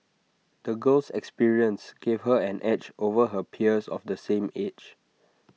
the girl's experiences gave her an edge over her peers of the same age